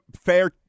fair